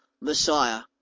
Messiah